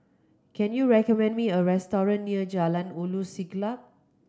can you recommend me a restaurant near Jalan Ulu Siglap